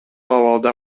абалда